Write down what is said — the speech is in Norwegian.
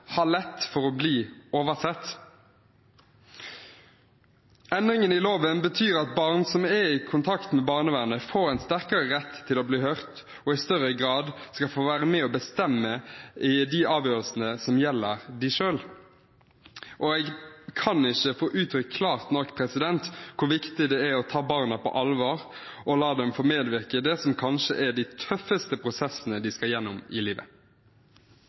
har lett for å bli oversett. Endringene i loven betyr at barn som er i kontakt med barnevernet, får en sterkere rett til å bli hørt og i større grad skal få være med og bestemme i de avgjørelsene som gjelder dem selv. Jeg kan ikke få uttrykt klart nok hvor viktig det er å ta barna på alvor og la dem få medvirke i det som kanskje er de tøffeste prosessene de skal igjennom i livet.